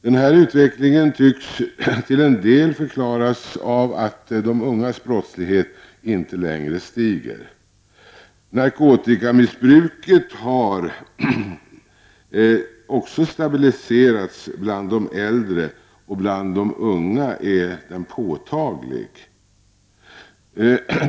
Den här utvecklingen tycks till en del förklaras av att de ungas brottslighet inte längre stiger. Narkotikamissbruket har också stabiliserats bland de äldre, och bland de unga är den påtaglig.